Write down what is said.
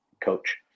coach